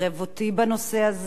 עקבי.